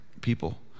people